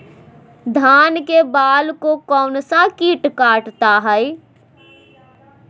धान के बाल को कौन सा किट काटता है?